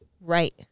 right